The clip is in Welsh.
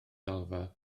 ddalfa